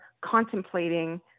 contemplating